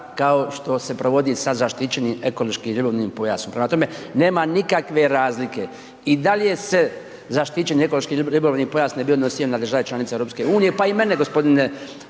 kao što se provodi sa zaštićenim ekološkim ribolovnim pojasom. Prema tome, nema nikakve razlike i dalje se zaštićeni ekološki ribolovni pojas ne bi odnosio na države članice EU, pa i mene g.